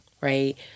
Right